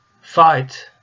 fight